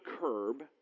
curb